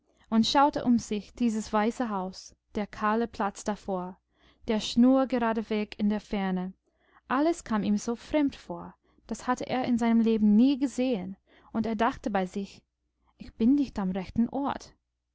und schaute um sich dieses weiße haus der kahle platz davor der schnurgerade weg in der ferne alles kam ihm so fremd vor das hatte er in seinem leben nie gesehen und er dachte bei sich ich bin nicht am rechten ort